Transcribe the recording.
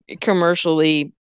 commercially